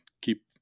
keep